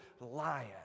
lion